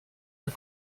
pas